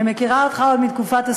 אני מכירה אותך עוד כסטודנט,